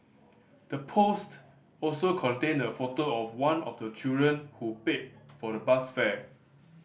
the post also contained a photo of one of the children who paid for the bus fare